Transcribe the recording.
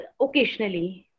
occasionally